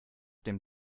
dem